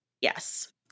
Yes